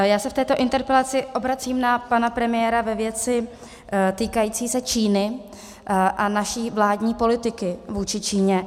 Já se v této interpelaci obracím na pana premiéra ve věci týkající se Číny a naší vládní politiky vůči Číně.